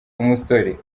umusore